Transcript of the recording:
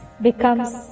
becomes